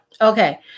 okay